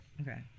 Okay